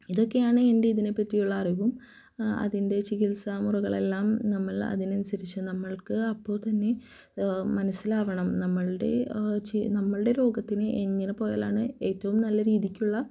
ഇതൊക്കെയാണ് എൻ്റെ ഇതിനെപ്പറ്റിയുള്ള അറിവും അതിൻ്റെ ചികിത്സാ മുറകളെല്ലാം നമ്മൾ അതിനനുസരിച്ച് നമ്മൾക്ക് അപ്പോൾ തന്നെ മനസ്സിലാവാണം നമ്മളുടെ നമ്മളുടെ രോഗത്തിന് എങ്ങനെ പോയാലാണ് ഏറ്റോം നല്ല രീതിക്കുള്ള